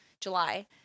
July